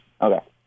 okay